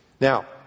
Now